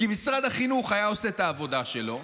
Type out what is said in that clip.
כי משרד החינוך היה עושה את העבודה שלו,